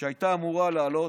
שהייתה אמורה לעלות.